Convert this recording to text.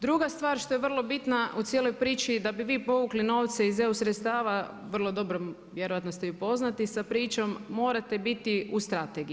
Druga stvar što je vrlo bitna u cijeloj priči, da bi vi povukli novce iz EU sredstava vrlo dobro vjerojatno ste i u poznati sa pričom, morate biti u strategiji.